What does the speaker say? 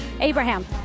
Abraham